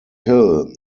hill